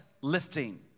lifting